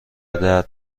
درد